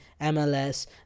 MLS